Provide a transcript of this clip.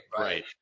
Right